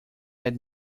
had